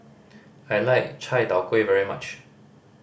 I like Chai Tow Kuay very much